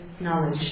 knowledge